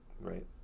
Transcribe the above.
right